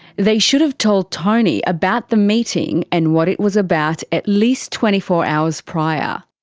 they should have told tony about the meeting and what it was about at least twenty four hours prior.